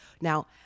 now